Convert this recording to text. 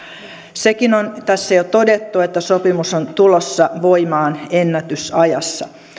sekin on tässä jo todettu että sopimus on tulossa voimaan ennätysajassa